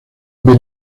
benín